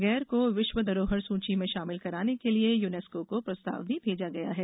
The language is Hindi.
गेर को विश्व धरोहर सूची में शामिल कराने के लिये यूनेस्कों को प्रस्ताव भेजा गया गया है